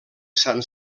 sant